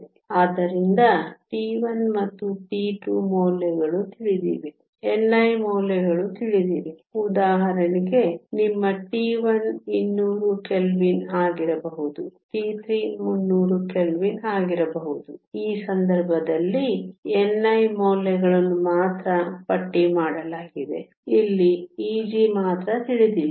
ಆದ್ದರಿಂದ T1 ಮತ್ತು T2 ಮೌಲ್ಯಗಳು ತಿಳಿದಿವೆ ni ಮೌಲ್ಯಗಳು ತಿಳಿದಿವೆ ಉದಾಹರಣೆಗೆ ನಿಮ್ಮ T1 200 ಕೆಲ್ವಿನ್ ಆಗಿರಬಹುದು T2 300 ಕೆಲ್ವಿನ್ ಆಗಿರಬಹುದು ಈ ಸಂದರ್ಭದಲ್ಲಿ ni ಮೌಲ್ಯಗಳನ್ನು ಮಾತ್ರ ಪಟ್ಟಿ ಮಾಡಲಾಗಿದೆ ಇಲ್ಲಿ Eg ಮಾತ್ರ ತಿಳಿದಿಲ್ಲ